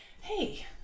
Hey